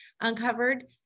uncovered